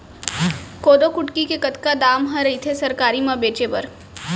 कोदो कुटकी के कतका दाम ह रइथे सरकारी म बेचे बर?